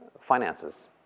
finances